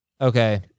Okay